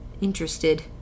interested